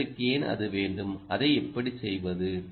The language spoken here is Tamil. உங்களுக்கு ஏன் அது வேண்டும் அதை எப்படி செய்வது